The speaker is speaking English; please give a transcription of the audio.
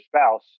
spouse